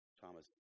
Thomas